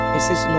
Mrs